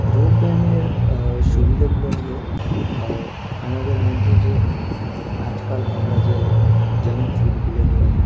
যোগব্যায়ামের সুবিধেগুলো হলো আমাদের মধ্যে যে আজকাল আমরা যে জাঙ্ক ফুডগুলো খাই